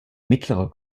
mittlerer